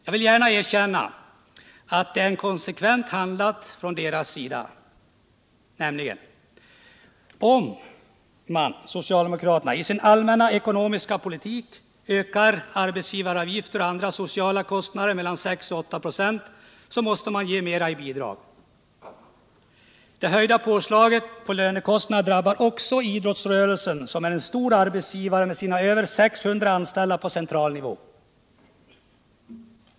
Jag vill erkänna att det är konsekvent handlat från deras sida sett. Eftersom socialdemokraterna i sin allmänna ekonomiska politik vill öka arbetsgivaravgifter och andra sociala kostnader med mellan 6 och 8 96, måste de också ge mera i bidrag. Det höjda påslaget på lönekostnaderna drabbar också idrottsrörelsen, som är en stor arbetsgivare med sina över 600 anställda på central nivå.